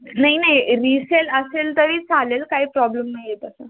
नाही नाही रिसेल असेल तरी चालेल काही प्रॉब्लेम नाही आहे तसा